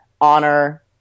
honor